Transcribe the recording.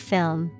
Film